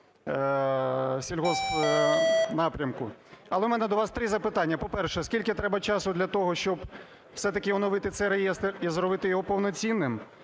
сільгоспнапрямку. Але в мене до вас три запитання. По-перше, скільки треба часу для того, щоб все-таки оновити цей реєстр і зробити його повноцінним?